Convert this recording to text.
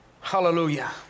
Hallelujah